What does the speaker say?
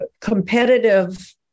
competitive